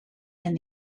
and